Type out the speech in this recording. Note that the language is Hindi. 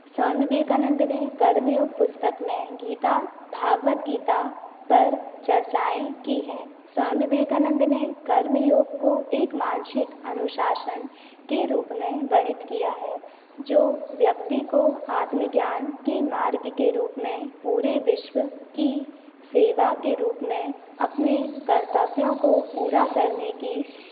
स्वामी विवेकानंद ने कर्म योग पुस्तक में गीता भागवत गीता पर चर्चाएँ की हैं स्वामी विवेकानंद ने कर्म योग को एक मानसिक अनुशासन के रूप में वर्णित किया है जो व्यक्ति को आत्मज्ञान के मार्ग के रूप में पूरे विश्व की सेवा के रूप में अपने कर्तव्यों को पूरा करने की